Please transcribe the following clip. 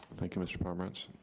thank you, mr. pomerantz.